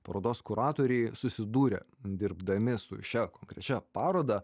parodos kuratoriai susidūrė dirbdami su šia konkrečia paroda